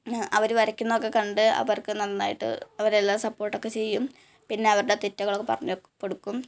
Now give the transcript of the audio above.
അവർ വരയ്ക്കുന്നതൊക്കെ കണ്ട് അവർക്ക് നന്നായിട്ട് അവരെ എല്ലാ സപ്പോർട്ട് ഒക്കെ ചെയ്യും പിന്നെ അവരുടെ തെറ്റുകളൊക്കെ പറഞ്ഞൊക്കെ കൊടുക്കും